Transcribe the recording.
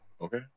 Okay